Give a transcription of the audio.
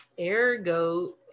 Ergo